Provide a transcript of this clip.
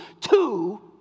two